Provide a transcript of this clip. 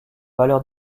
valeur